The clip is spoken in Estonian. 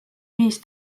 viis